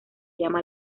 llama